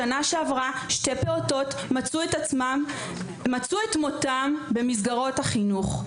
בשנה שעברה שני פעוטות מצאו את מותם במסגרות החינוך.